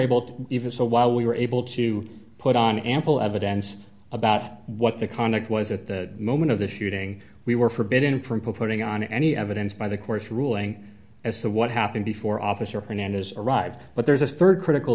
able to even so while we were able to on ample evidence about what the conduct was at the moment of the shooting we were forbidden from putting on any evidence by the court's ruling as to what happened before officer hernandez arrived but there's a rd critical